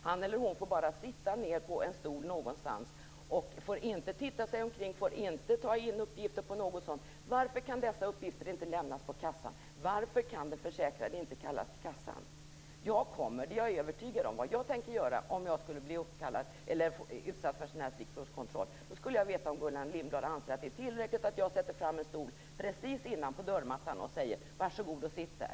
Han eller hon får bara sitta ned på en stol någonstans, får inte titta sig omkring, får inte ta in uppgifter. Varför kan dessa uppgifter inte lämnas på kassan? Varför kan den försäkrade inte kallas till kassan? Jag är övertygad om vad jag tänker göra om jag skulle bli utsatt för en stickprovskontroll. Jag skulle vilja veta om Gullan Lindblad anser att det är tillräckligt om jag då sätter fram en stol precis innanför dörrmattan och säger: Varsågod och sitt här!